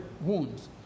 wounds